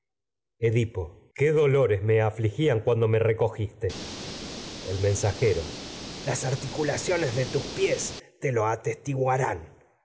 ocasión edipo qué dolores me afligían cuando me reco giste el mensajero las articulaciones de tus pies te lo atestiguarán